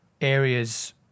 areas